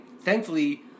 thankfully